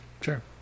Sure